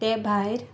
ते भायर